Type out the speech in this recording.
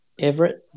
Everett